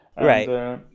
Right